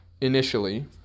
initially